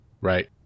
Right